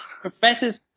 professors